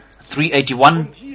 381